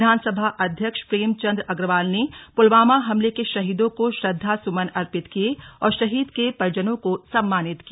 विधानसभा अध्यक्ष प्रेमचंद अग्रवाल ने पुलवामा हमले के शहीदों को श्रद्दासुमन अर्पित किये और शहीद के परिजनों को सम्मानित किया